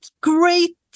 great